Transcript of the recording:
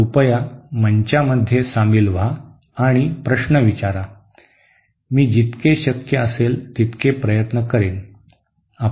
कृपया मंचामध्ये सामील व्हा आणि प्रश्न विचारा मी जितके शक्य असेल तितके प्रयत्न करेन